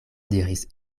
diris